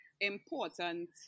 important